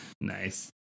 Nice